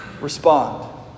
respond